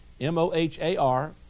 M-O-H-A-R